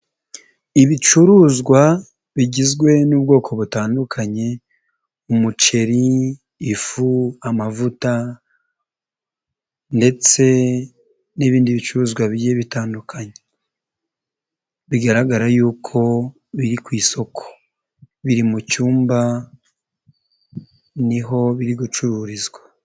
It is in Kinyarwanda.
Ibicuruzwa bigizwe n'ubwoko butandukanye: umuceri, ifu, amavuta ndetse n'ibindi bicuruzwa bigiye bitandukanye, bigaragara yuko biri ku isoko, biri mu cyumba ni ho biri gucururizwa.